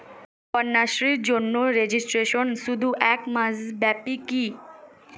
কন্যাশ্রীর জন্য রেজিস্ট্রেশন শুধু এক মাস ব্যাপীই কি?